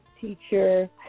teacher